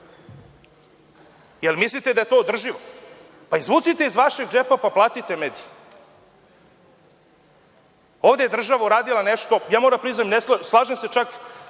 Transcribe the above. Jel mislite da je to održivo? Pa izvucite iz vašeg džepa pa platite medije. Ovde je država uradila nešto, ja moram da priznam, slažem se čak